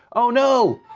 oh, no!